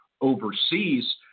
overseas